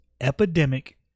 epidemic